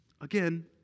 Again